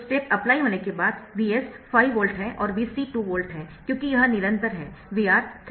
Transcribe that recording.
तो step apply होने के बाद Vs 5 वोल्ट है और Vc 2 वोल्ट है क्योंकि यह निरंतर है VR3 वोल्ट होगा